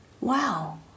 Wow